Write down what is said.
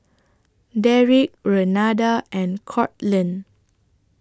Deric Renada and Courtland